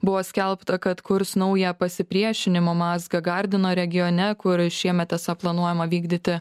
buvo skelbta kad kurs naują pasipriešinimo mazgą gardino regione kur šiemet esą planuojama vykdyti